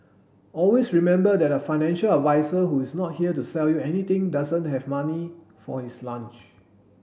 always remember that a financial advisor who is not here to sell you anything doesn't have money for his lunch